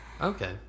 Okay